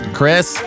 Chris